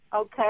Okay